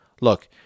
Look